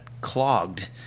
clogged